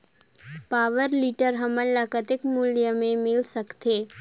Power tiller हमन ल कतेक मूल्य मे मिल सकथे?